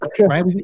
right